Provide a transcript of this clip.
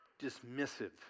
dismissive